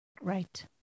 Right